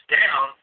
down